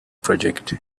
project